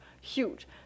huge